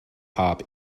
hop